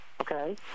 Okay